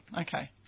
okay